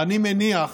ואני מניח